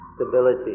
stability